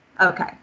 okay